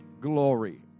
glory